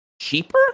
cheaper